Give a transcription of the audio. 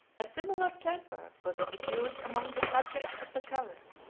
a similar temper was diffused among the subjects of the caliph.